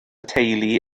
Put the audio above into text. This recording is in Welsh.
teulu